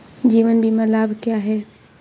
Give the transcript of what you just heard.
जीवन बीमा लाभ क्या हैं?